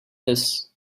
this